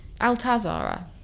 Altazara